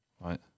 Right